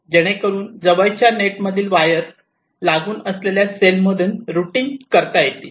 जेणेकरून जवळच्या नेट मधील वायर लागून असलेल्या सेल मधून रुटींग करता येतील